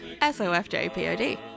S-O-F-J-P-O-D